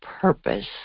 purpose